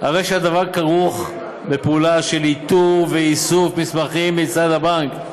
הרי שהדבר כרוך בפעולה של איתור ואיסוף של מסמכים מצד הבנק,